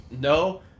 no